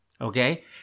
Okay